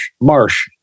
Marsh